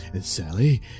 Sally